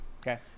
Okay